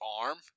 arm